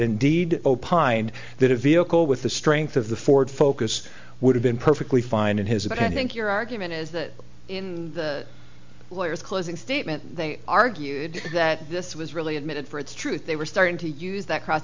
indeed opined that a vehicle with the strength of the ford focus would have been perfectly fine in his about an ink your argument is that in the lawyers closing statement they argued that this was really admitted for its truth they were starting to use that cross